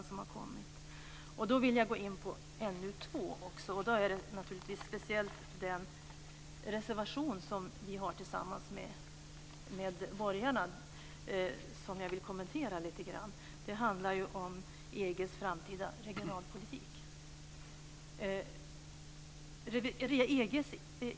Jag går nu över till betänkandet NU2, och jag vill där lite grann kommentera det ställningstagande som vi har gjort tillsammans med borgarna. Det gäller EG:s framtida regionalpolitik.